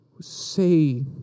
say